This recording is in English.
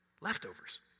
Leftovers